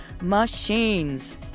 machines